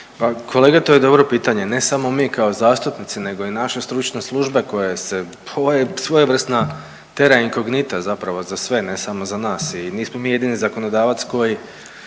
kolega to je dobro pitanje, ne samo mi kao zastupnici nego i naše stručne službe koje se, pa ovo je svojevrsna terra incognita zapravo za sve, ne samo za nas i nismo mi jedini zakonodavac koji